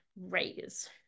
raise